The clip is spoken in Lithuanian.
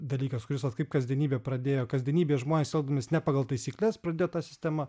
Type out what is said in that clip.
dalykas kuris vat kaip kasdienybė pradėjo kasdienybėje žmonės elgdamiesi ne pagal taisykles pradėjo tą sistemą